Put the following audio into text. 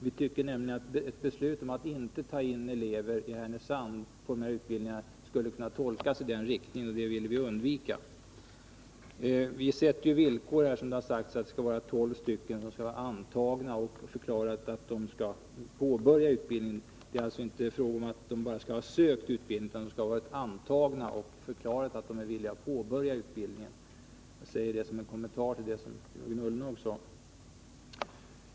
Vi tycker nämligen att ett beslut om att inte ta in elever på dessa utbildningar i Härnösand skulle kunna tolkas i den riktningen. Det vill vi undvika. Vi sätter såsom villkor att det skall vara tolv antagna och att de skall ha påbörjat utbildningen. Det räcker inte med att de bara har sökt, utan de skall vara antagna och ha förklarat att de är villiga att påbörja utbildningen. Jag säger detta såsom en kommentar till vad Jörgen Ullenhag yttrade.